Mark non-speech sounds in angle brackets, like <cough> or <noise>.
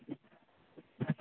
<unintelligible>